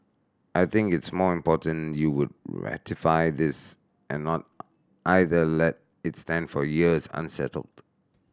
I think it's more important you would ratify this and not either let it stand for years unsettled